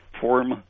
form